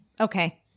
Okay